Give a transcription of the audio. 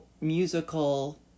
musical